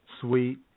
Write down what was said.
sweet